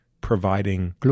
providing